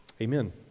Amen